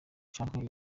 canke